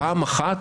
פעם אחת